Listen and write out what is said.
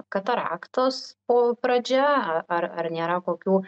kataraktos po pradžia ar ar nėra kokių